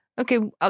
Okay